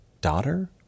daughter